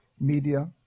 media